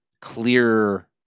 clear